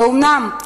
ואומנם,